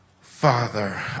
Father